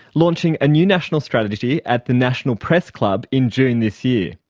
launching a new national strategy at the national press club in june this year.